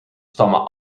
stammen